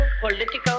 political